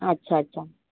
अच्छा अच्छा